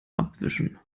abwischen